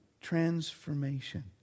transformation